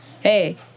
hey